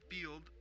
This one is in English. field